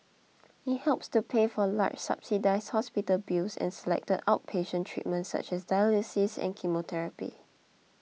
it helps to pay for large subsidised hospital bills and selected outpatient treatments such as dialysis and chemotherapy